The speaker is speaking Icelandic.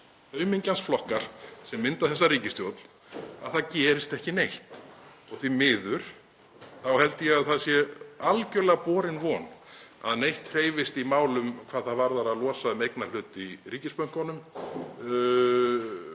aumingjans flokkar sem mynda þessa ríkisstjórn, að það gerist ekki neitt. Og því miður þá held ég að það sé algerlega borin von að neitt hreyfist í málum hvað það varðar að losa um eignarhluti í ríkisbönkunum